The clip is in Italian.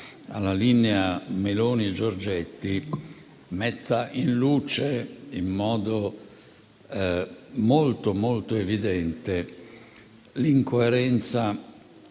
alla linea Meloni e Giorgetti metta in luce in modo molto, ma molto evidente l'incoerenza